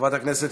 חברת הכנסת